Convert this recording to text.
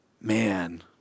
man